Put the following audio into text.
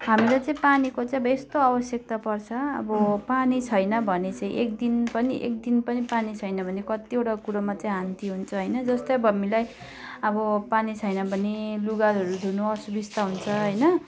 हामीलाई चाहिँ पानीको चाहिँ अब यस्तो आवश्यकता पर्छ अब पानी छैन भने चाहिँ एक दिन पनि एक दिन पनि पानी छैन भने कतिवटा कुरोमा चाहिँ हानि हुन्छ होइन जस्तै अब हामीलाई अब पानी छैन भने लुगा धुनु असुविस्ता हुन्छ होइन